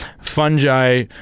Fungi